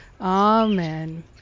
Amen